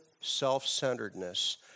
self-centeredness